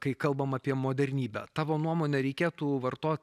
kai kalbam apie modernybę tavo nuomone reikėtų vartot